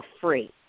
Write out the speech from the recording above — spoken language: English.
free